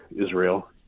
Israel